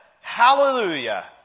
Hallelujah